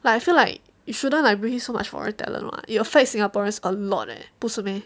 like I feel like it shouldn't like bring in so much foreign talent what it affects singaporeans a lot leh 不是 meh